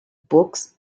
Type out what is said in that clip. books